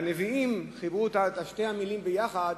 והנביאים חיברו את שתי המלים יחד